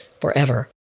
forever